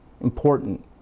important